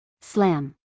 Slam